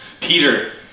Peter